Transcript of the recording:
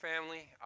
family